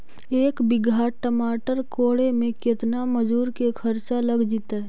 एक बिघा टमाटर कोड़े मे केतना मजुर के खर्चा लग जितै?